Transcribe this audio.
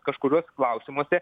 kažkuriuos klausimuose